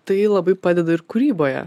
tai labai padeda ir kūryboje